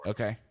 Okay